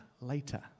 later